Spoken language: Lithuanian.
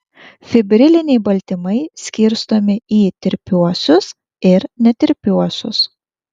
fibriliniai baltymai skirstomi į tirpiuosius ir netirpiuosius